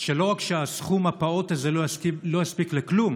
שלא רק שהסכום הפעוט הזה לא יספיק לכלום,